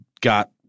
got